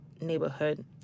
neighborhood